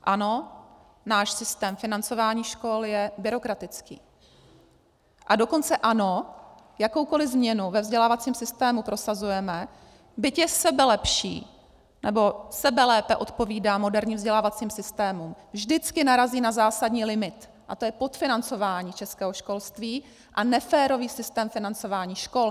Ano, náš systém financování škol je byrokratický, a dokonce ano, jakoukoli změnu ve vzdělávacím systému prosazujeme, byť je sebelepší nebo sebelépe odpovídá moderním vzdělávacím systémům, vždycky narazí na zásadní limit a tím je podfinancování českého školství a neférový systém financování škol.